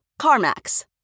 CarMax